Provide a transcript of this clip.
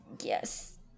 Yes